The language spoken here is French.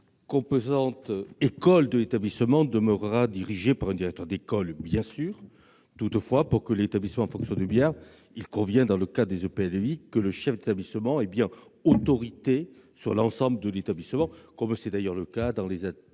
La composante « école » de l'établissement demeurera dirigée par un directeur d'école. Toutefois, pour que l'établissement fonctionne bien, il convient, dans le cadre des EPLEI, que le chef d'établissement ait bien autorité sur l'ensemble de l'établissement, comme c'est d'ailleurs le cas dans les